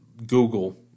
google